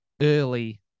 early